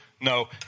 No